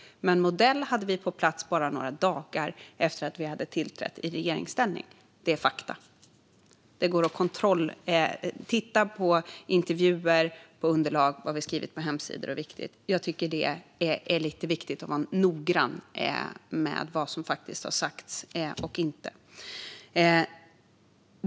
En modell hade vi dock på plats bara några dagar efter att vi hade tillträtt i regeringsställning. Det är fakta. Det går att kontrolltitta på intervjuer, underlag och vad vi skrivit på hemsidor. Jag tycker att det är viktigt att vara noggrann med vad som faktiskt har sagts och inte.